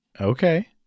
Okay